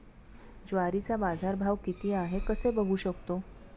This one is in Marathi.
ज्वारीचा बाजारभाव किती आहे कसे बघू शकतो?